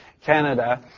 Canada